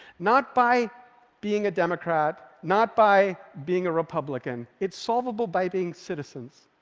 not by being a democrat, not by being a republican. it's solvable by being citizens,